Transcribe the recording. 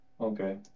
Okay